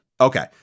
Okay